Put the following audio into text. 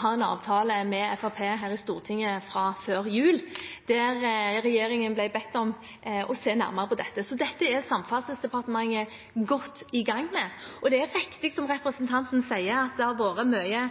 har en avtale med Fremskrittspartiet her i Stortinget fra før jul, der regjeringen ble bedt om å se nærmere på dette. Så dette er Samferdselsdepartementet godt i gang med. Det er riktig som representanten sier, at det har vært mye